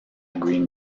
green